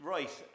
Right